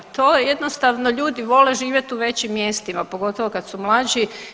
To jednostavno, ljudi vole živjet u većim mjestima, pogotovo kad su mlađi.